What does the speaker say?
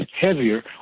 heavier